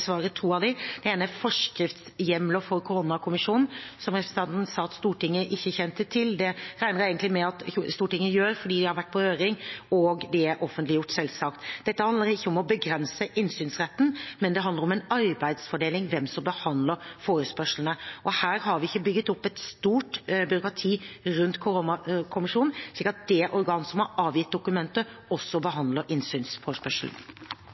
to av dem. Det ene er forskriftshjemler for koronakommisjonen, som representanten sa at Stortinget ikke kjente til. Det regner jeg egentlig med at Stortinget gjør, for de har vært på høring, og de er selvsagt offentliggjort. Dette handler ikke om å begrense innsynsretten, det handler om en arbeidsfordeling med hensyn til hvem som behandler forespørslene. Her har vi ikke bygget opp et stort byråkrati rundt koronakommisjonen, så det organet som har avgitt dokumentet, behandler også innsynsforespørselen.